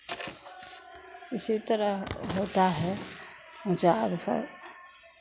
इसी तरह होता है ऊँचा आर पर